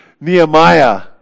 Nehemiah